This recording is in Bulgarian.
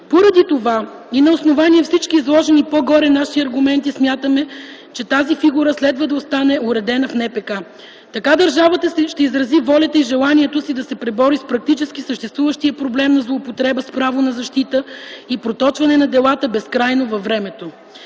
Поради това и на основание всички изложени по-горе наши аргументи, смятаме, че тази фигура следва да остане уредена в НПК. Така държавата ще изрази волята и желанието си да се пребори с практически съществуващия проблем на злоупотреба с право на защита и проточване на делата „безкрайно” във времето.